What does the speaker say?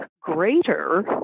greater